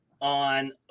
On